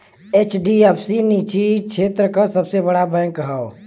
HDFC निजी क्षेत्र क सबसे बड़ा बैंक हौ